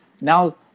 now